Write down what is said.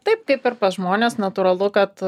taip kaip ir pas žmones natūralu kad